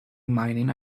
mining